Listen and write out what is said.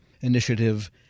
Initiative